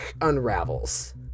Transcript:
unravels